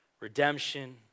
Redemption